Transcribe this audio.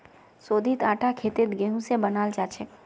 शोधित आटा खेतत गेहूं स बनाल जाछेक